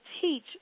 teach